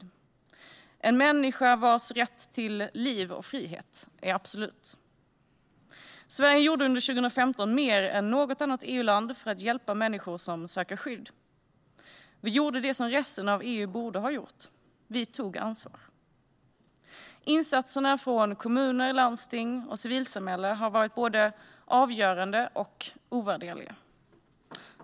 Varenda en är en människa vars rätt till liv och frihet är absolut. Sverige gjorde under 2015 mer än något annat EU-land för att hjälpa människor som söker skydd. Vi gjorde det som resten av EU borde ha gjort - vi tog ansvar. Insatserna från kommuner, landsting och civilsamhället har varit både avgörande och ovärderliga.